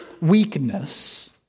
weakness